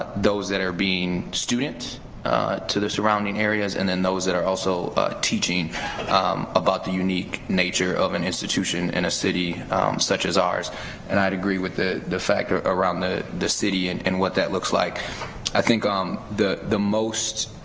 ah those that are being student to the surrounding areas and then those that are also teaching um about the unique nature of an institution in a city such as ours and i'd agree with the the fact around the the city and and what that looks like i think um the the most